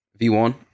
v1